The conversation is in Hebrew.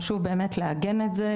חשוב באמת לעגן את זה,